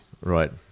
Right